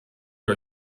our